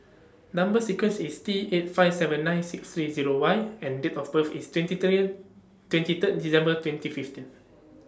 Number sequence IS T eight five seven nine six three Zero Y and Date of birth IS twenty three twenty Third December twenty fifteen